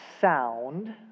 sound